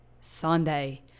sunday